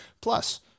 Plus